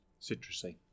citrusy